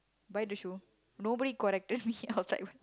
bite the shoe nobody corrected me I was like